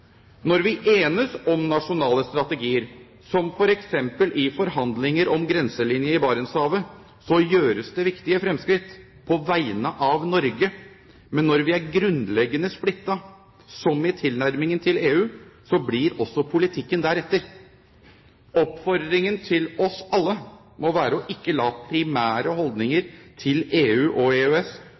Når vi enes om nasjonale strategier, som f.eks. i forhandlinger om grenselinje i Barentshavet, gjøres det viktige fremskritt på vegne av Norge. Men når vi er grunnleggende splittet, som i tilnærmingen til EU, blir også politikken deretter. Oppfordringen til oss alle må være ikke å la primære holdninger til EU og EØS